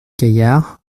gaillard